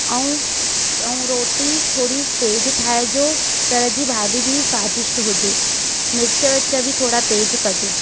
ऐं ऐं रोटी थोरी तेज ठाहिजो तर जी भाॼी बि स्वादिष्ट हुजे मिर्च विर्च बि थोरा तेज कजो